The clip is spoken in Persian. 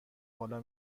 بالا